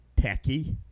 techie